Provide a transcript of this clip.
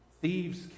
thieves